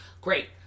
great